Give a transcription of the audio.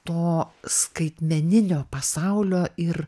to skaitmeninio pasaulio ir